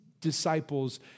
disciples